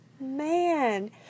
man